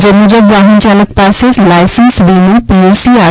જે મુજબ વાહનચાલક પાસે લાયસન્સ વીમો પીયુસી આર